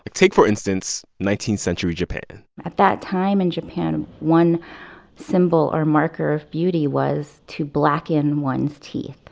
ah take, for instance, nineteenth century japan at that time in japan, and one symbol or marker of beauty was to black-in one's teeth.